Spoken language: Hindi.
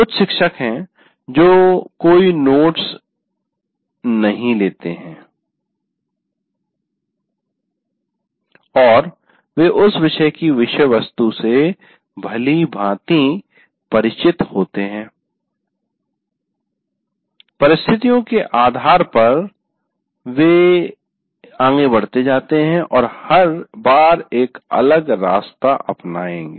कुछ शिक्षक हैं जो कोई नोट्स नहीं लेते हैं और वे उस विषय की विषयवस्तु से भलीभांति परिचित होते है परिस्थितियों के आधार पर वे आगे बढते जाते है और हर बार एक अलग रास्ता अपनाएंगे